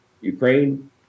Ukraine